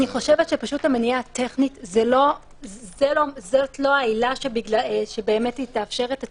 אני חושבת שהמניעה הטכנית זאת לא העילה שתאפשר את הצמצום.